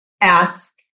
ask